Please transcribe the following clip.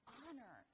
honor